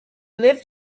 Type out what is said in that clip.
lived